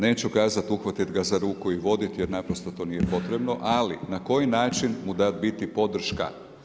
Neću kazati uhvatiti ga za ruku i voditi jer naprosto to nije potrebno, ali na koji način mu biti podrška.